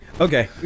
Okay